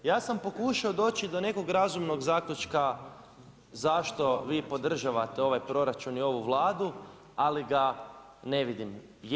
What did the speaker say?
Ja sam pokušao doći do nekog razumnog zaključka zašto vi podržavate ovaj proračun i ovu Vladu, ali ga ne vidim.